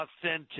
authentic